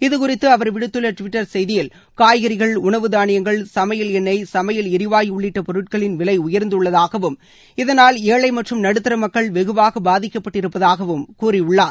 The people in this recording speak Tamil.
இதுகுறித்து அவர் விடுத்துள்ள டுவிட்டர் செய்தியில் காய்கறிகள் உணவு தானியங்கள் சமையல் எண்ணெய் சமையல் ளரிவாயு உள்ளிட்ட பொருட்களின் விலை உயர்ந்துள்ளதாகவும் இதனால் ஏழை மற்றும் நடுத்தர மக்கள் வெகுவாக பாதிக்கப்பட்டிருப்பதாகவும் கூறியுள்ளார்